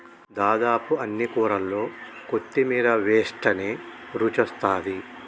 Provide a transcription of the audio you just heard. దాదాపు అన్ని కూరల్లో కొత్తిమీర వేస్టనే రుచొస్తాది